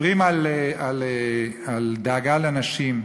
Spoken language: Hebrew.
מדברים על דאגה לנשים.